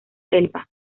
elba